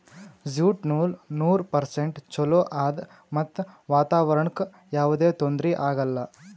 jute ನೂಲ್ ನೂರ್ percent ಚೊಲೋ ಆದ್ ಮತ್ತ್ ವಾತಾವರಣ್ಕ್ ಯಾವದೇ ತೊಂದ್ರಿ ಆಗಲ್ಲ